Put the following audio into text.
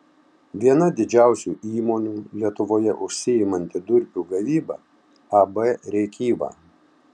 viena didžiausių įmonių lietuvoje užsiimanti durpių gavyba ab rėkyva